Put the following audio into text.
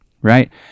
right